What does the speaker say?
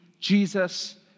Jesus